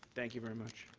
thank you very much.